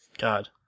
god